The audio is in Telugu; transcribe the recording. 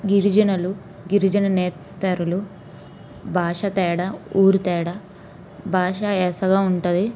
గిరిజనలు గిరిజన నేత్తరులు భాష తేడా ఊరు తేడా భాష యాసగా ఉంటుంది